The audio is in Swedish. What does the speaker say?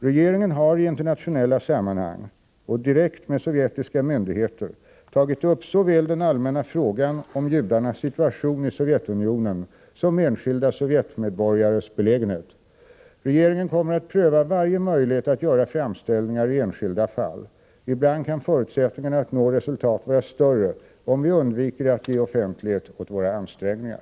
Regeringen har i internationella sammanhang och direkt med sovjetiska myndigheter tagit upp såväl den allmänna frågan om judarnas situation i Sovjetunionen som enskilda sovjetmedborgares belägenhet. Regeringen kommer att pröva varje möjlighet att göra framställningar i enskilda fall. Ibland kan förutsättningarna att nå resultat vara större om vi undviker att ge offentlighet åt våra ansträngningar.